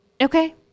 Okay